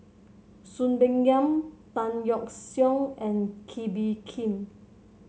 Soon Peng Yam Tan Yeok Seong and Kee Bee Khim